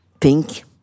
pink